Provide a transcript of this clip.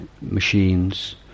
machines